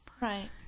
Right